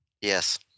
Yes